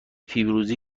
پیروزی